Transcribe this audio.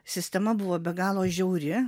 sistema buvo be galo žiauri